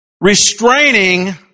restraining